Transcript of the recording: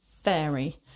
fairy